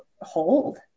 hold